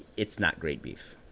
it's not great beef